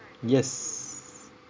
yes